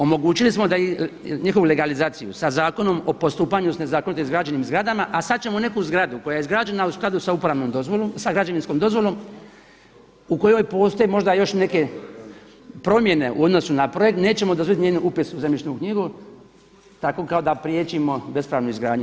Omogućili smo njihovu legalizaciju sa Zakonom o postupanju sa nezakonito izgrađenim zgradama, a sad ćemo neku zgradu koja je izgrađena u skladu sa uporabnom dozvolom, sa građevinskom dozvolom u kojoj postoje možda još neke promjene u odnosu na projekt nećemo dozvoliti njen upis u zemljišnu knjigu, tako kao da priječimo bespravnu izgradnju.